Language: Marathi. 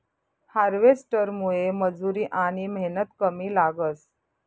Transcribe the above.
हार्वेस्टरमुये मजुरी आनी मेहनत कमी लागस